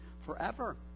forever